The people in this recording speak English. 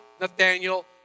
Nathaniel